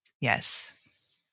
Yes